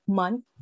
month